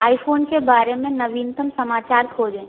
iPhone के बारे में नवीनतम समाचार खोजें